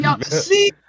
see